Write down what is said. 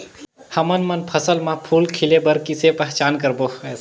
हमन मन फसल म फूल खिले बर किसे पहचान करबो?